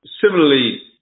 Similarly